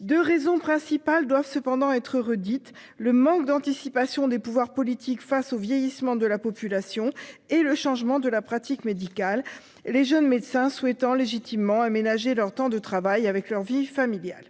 2 raisons principales doivent cependant être redites le manque d'anticipation des pouvoirs politiques. Face au vieillissement de la population et le changement de la pratique médicale. Les jeunes médecins souhaitant légitimement aménager leur temps de travail avec leur vie familiale,